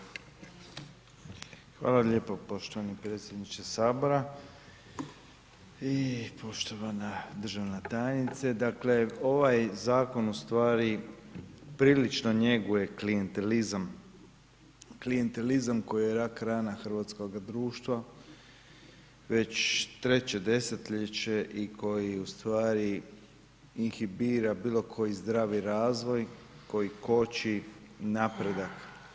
Hvala lijepo poštovani predsjedniče sabora i poštovana državna tajnice, dakle ovaj zakon u stvari prilično njeguje klijentelizam, klijentelizam koji je rak rana hrvatskog društva već treće desetljeće i koji u stvari inhibira bili koji zdravi razvoj koji koči napredak.